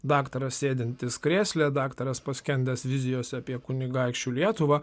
daktaras sėdintis krėsle daktaras paskendęs vizijose apie kunigaikščių lietuvą